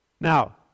Now